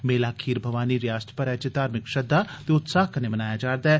मेला खीर भवानी रयासत भरै च धार्मिक श्रद्वा ते उत्साह कन्नै मनाया जा रदा ऐ